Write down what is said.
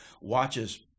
watches